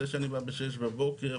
זה שאני בא ב-06:00 בבוקר